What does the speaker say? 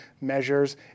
measures